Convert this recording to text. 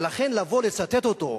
ולכן לבוא לצטט אותו,